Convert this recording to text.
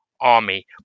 army